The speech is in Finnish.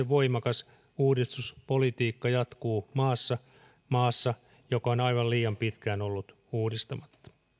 voimakas uudistuspolitiikka jatkuu maassa maassa joka on aivan liian pitkään ollut uudistamatta